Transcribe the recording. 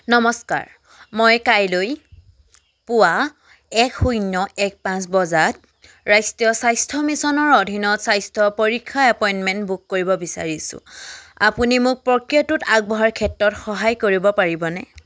নমস্কাৰ মই কাইলৈ পুৱা এক শূন্য এক পাঁচ বজাত ৰাষ্ট্ৰীয় স্বাস্থ্য মিছনৰ অধীনত স্বাস্থ্য পৰীক্ষাৰ এপইণ্টমেণ্ট বুক কৰিব বিচাৰিছোঁ আপুনি মোক প্ৰক্ৰিয়াটোত আগবঢ়াৰ ক্ষেত্ৰত সহায় কৰিব পাৰিবনে